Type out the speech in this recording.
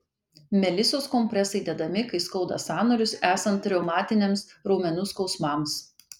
melisos kompresai dedami kai skauda sąnarius esant reumatiniams raumenų skausmams